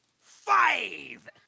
five